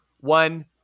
one